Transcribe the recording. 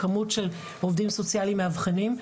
כמות של עובדים סוציאליים מאבחנים,